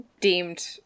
deemed